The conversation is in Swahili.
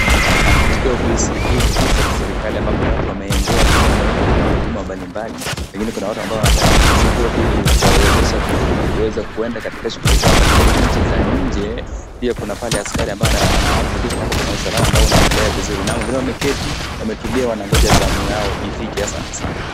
Naam. Katika ofisi hii ni ofisi ya kiserikali ambapo watu wameenda kupata huduma mbali mbali lakini kuna watu wanataka pasipoti ili kuwawezesha kuweza kuenda katika shughuli zao katika nchi za nje. Pia kuna pale askari ambaye anahakikisha kwamba kuna usalama unaoendelea vizuri. Na hao wengine wameketi wametulia wanangoja zamu yao ifike. Asante sana.